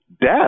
death